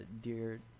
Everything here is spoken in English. dear